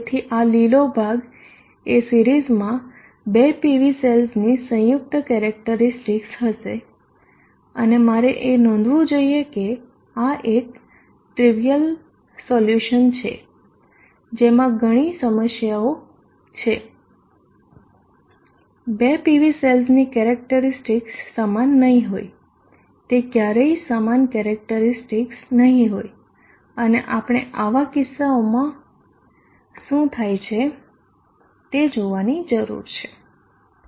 તેથી આ લીલો ભાગ એ સિરીઝમાં બે PV સેલ્સની સંયુક્ત કેરેક્ટરીસ્ટિકસ હશે અને મારે એ નોંધવું જોઇએ કે આ એક ત્રિવિયલ સોલ્યુશન છે જેમાં ઘણી સમસ્યાઓ છે બે PV સેલ્સની કેરેક્ટરીસ્ટિકસ સમાન નહીં હોય તે ક્યારેય સમાન કેરેક્ટરીસ્ટિકસ નહીં હોય અને આપણે આવા કિસ્સાઓમાં શું થાય છે તે જોવાની જરૂર છે